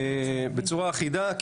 שיהיה כך בצורה אחידה.